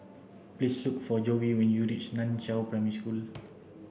please look for Joey when you reach Nan Chiau Primary School